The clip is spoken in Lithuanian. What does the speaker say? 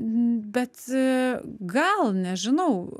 bet gal nežinau